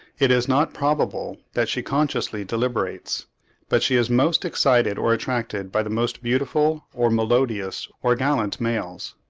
it is not probable that she consciously deliberates but she is most excited or attracted by the most beautiful, or melodious, or gallant males.